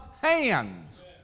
hands